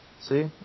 See